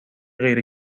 غیر